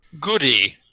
Goody